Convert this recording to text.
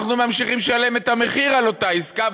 אנחנו ממשיכים לשלם את המחיר על אותה עסקה.